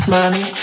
Money